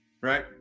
right